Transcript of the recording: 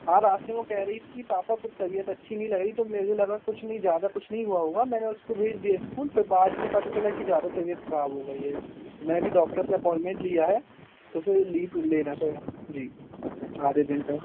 हाँ रास्ते में वो कह रही थी कि पापा कुछ तबियत अच्छी नहीं लग रही तो मुझे लगा कुछ नहीं ज़्यादा कुछ नहीं हुआ होगा मैंने उसको भेज दिया इस्कूल फिर बाद में पता चला कि ज़्यादा तबियत खराब हो गई है तो मैंने अभी डॉक्टर से अप्वाॅइनमेंट लिया है तो फिर लीव लेना तो है जी आधे दिन का